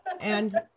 and-